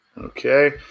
Okay